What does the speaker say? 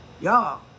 Y'all